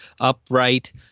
upright